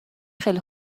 خیلی